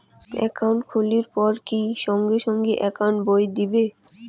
Account খুলির পর কি সঙ্গে সঙ্গে একাউন্ট বই দিবে?